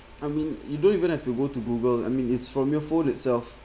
I mean you don't even have to go to google I mean it's from your phone itself